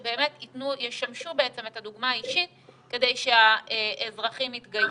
שבעצם ישמשו דוגמה אישית כדי שהאזרחים יתגייסו.